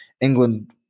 england